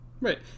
Right